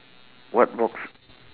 what box